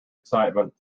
excitement